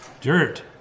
Dirt